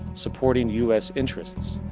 supporting u s. interests.